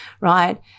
right